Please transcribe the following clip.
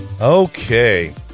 Okay